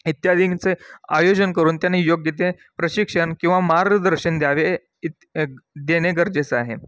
इत्यादींचं आयोजन करून त्यांनी योग्य ते प्रशिक्षण किंवा मार्गदर्शन द्यावे इत एक देणे गरजेचं आहे